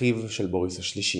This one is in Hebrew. אחיו של בוריס השלישי.